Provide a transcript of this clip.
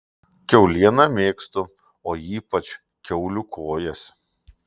kiaulieną mėgstu o ypač kiaulių kojas